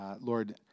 Lord